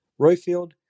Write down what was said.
Royfield